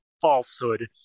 falsehood